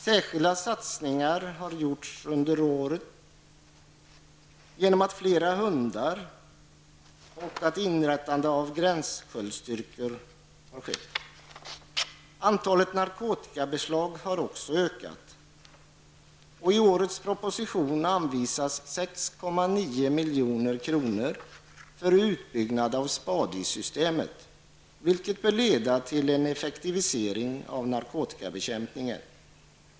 Särskilda satsningar har under åren gjorts i form av flera hundar och inrättande av gränssköldstyrkor. Också antalet narkotikabeslag har ökat. I årets proposition anvisas 6,9 milj.kr. för utbyggnad av SPADI-systemet, vilket bör leda till en effektivisering av narkotikabekämpningen.